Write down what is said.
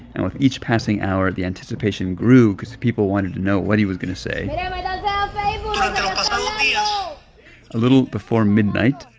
and with each passing hour, the anticipation grew because people wanted to know what he was going to say yeah a ah little before midnight,